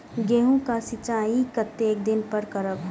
गेहूं का सीचाई कतेक दिन पर करबे?